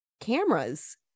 cameras